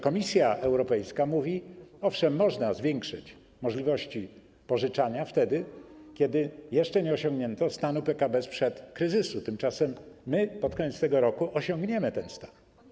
Komisja Europejska mówi: owszem, można zwiększyć możliwości pożyczania, wtedy kiedy jeszcze nie osiągnięto stanu PKB sprzed kryzysu, tymczasem my pod koniec tego roku osiągniemy ten stan.